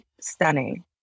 stunning